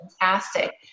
fantastic